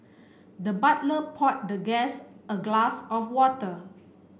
the butler poured the guest a glass of water